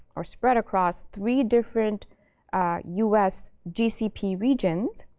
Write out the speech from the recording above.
or spread across, three different us gcp regions,